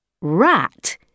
Rat